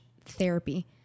therapy